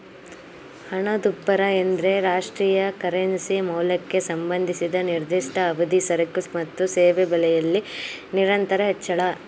ಹಣದುಬ್ಬರ ಎಂದ್ರೆ ರಾಷ್ಟ್ರೀಯ ಕರೆನ್ಸಿ ಮೌಲ್ಯಕ್ಕೆ ಸಂಬಂಧಿಸಿದ ನಿರ್ದಿಷ್ಟ ಅವಧಿ ಸರಕು ಮತ್ತು ಸೇವೆ ಬೆಲೆಯಲ್ಲಿ ನಿರಂತರ ಹೆಚ್ಚಳ